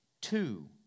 two